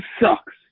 sucks